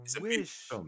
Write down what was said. wish